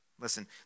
Listen